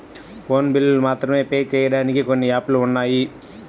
phone బిల్లులు మాత్రమే pay చెయ్యడానికి కొన్ని యాపులు ఉన్నాయి